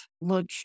look